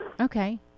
Okay